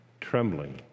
trembling